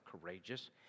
courageous